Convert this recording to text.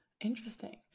Interesting